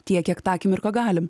tiek kiek tą akimirką galim